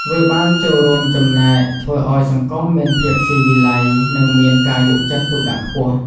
វាបានចូលរួមចំណែកធ្វើឱ្យសង្គមមានភាពស៊ីវិល័យ និងមានការយកចិត្តទុកដាក់ខ្ពស់។